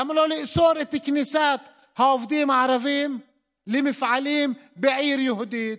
למה לא לאסור את כניסת העובדים הערבים למפעלים בעיר יהודית?